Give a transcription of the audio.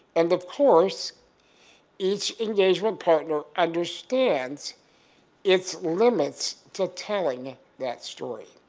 and of course each engagement partner understands its limits to telling that story.